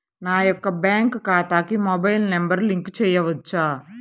నా యొక్క బ్యాంక్ ఖాతాకి మొబైల్ నంబర్ లింక్ చేయవచ్చా?